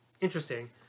interesting